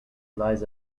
lies